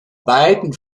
beiden